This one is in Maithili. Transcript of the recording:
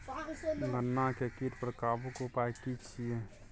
गन्ना के कीट पर काबू के उपाय की छिये?